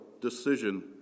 decision